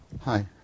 Hi